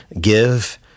give